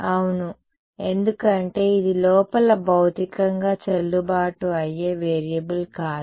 అవును ఎందుకంటే ఇది లోపల భౌతికంగా చెల్లుబాటు అయ్యే వేరియబుల్ కాదు